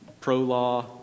Pro-law